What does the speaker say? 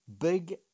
big